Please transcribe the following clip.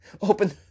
Open